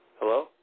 Hello